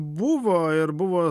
buvo ir buvo